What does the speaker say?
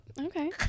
Okay